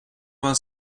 vingt